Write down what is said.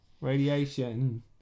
Radiation